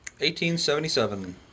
1877